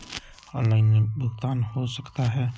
Online भुगतान हो सकता है?